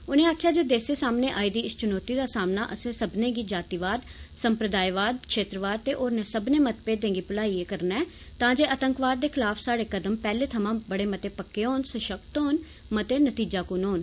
उनें आक्खेआ जे देसै सामने आई दी इस चुनौती दा सामना असें सब्मनें जातिवाद सम्प्रदायवाद क्षेत्रवाद ते होरनें सब्मनें मतमेदें गी भुल्लियै करना ऐ तांजे आतंकवाद दे खलाफ स्हाड़े कदम पैहले थमां बड़े मते पक्के होन सशक्त होन मते नतीजाकुन होन